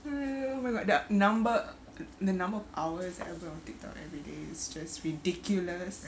ah I mean like that number ah the number the number of hours I'll be on tiktok everyday is just ridiculous